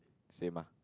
same ah